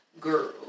Girl